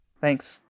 Thanks